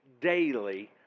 daily